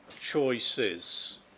choices